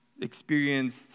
experienced